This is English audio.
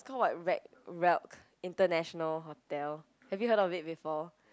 it's called [what] rec international hotel have you heard of it before